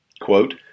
Quote